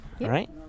Right